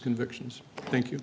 convictions thank you